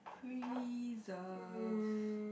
preserve